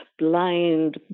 blind